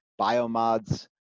biomods